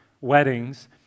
weddings